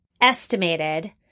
estimated